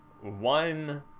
one